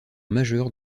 majeur